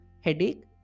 headache